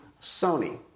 Sony